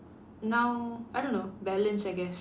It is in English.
now I don't know balance I guess